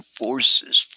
forces